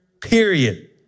period